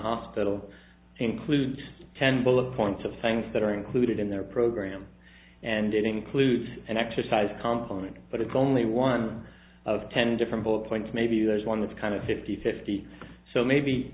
hospital includes ten bullet points of things that are included in their program and it includes an exercise complement but it's only one of ten different bullet points maybe there's one that's kind of fifty fifty so maybe